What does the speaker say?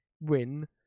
win